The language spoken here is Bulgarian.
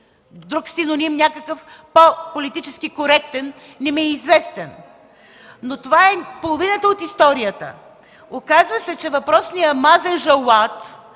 друг синоним, по-политически коректен не ми е известен. Но това е половината от историята. Оказва се, че въпросният Мазен Жауад